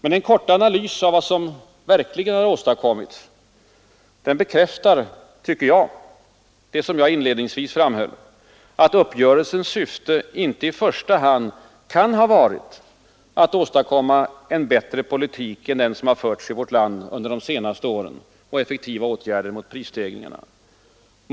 Den korta analysen av vad som verkligen åstadkommits bekräftar emellertid vad jag inledningsvis framhöll, att uppgörelsens syfte inte i första hand kan ha varit att åstadkomma en bättre politik än den som har förts i vårt land under de senaste åren samt effektiva åtgärder mot prisstegringen.